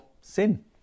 sin